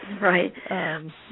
Right